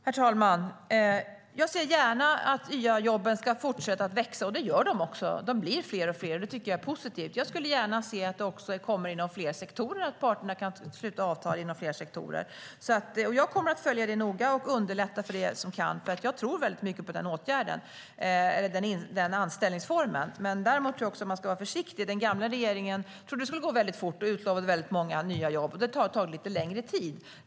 Herr talman! Jag ser gärna att YA-jobben fortsätter att växa, och det gör de också. De blir fler och fler, och det tycker jag är positivt. Jag skulle gärna se att det även kommer inom fler sektorer, alltså att parterna kan sluta avtal inom fler sektorer. Jag kommer att följa detta noga och underlätta på det sätt jag kan, för jag tror mycket på den anställningsformen. Däremot tror jag att man ska vara försiktig. Den tidigare regeringen trodde att det skulle gå väldigt fort och utlovade många nya jobb, men det har tagit längre tid.